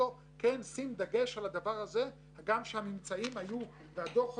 בסופו של דבר כל אחד שהגיש תלונה